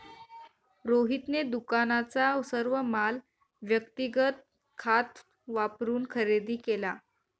रोहितने दुकानाचा सर्व माल व्यक्तिगत खात वापरून खरेदी केला